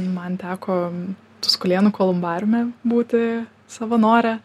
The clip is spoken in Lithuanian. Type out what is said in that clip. man teko tuskulėnų kolumbariume būti savanore